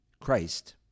Christ